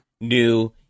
new